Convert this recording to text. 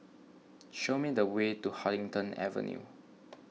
show me the way to Huddington Avenue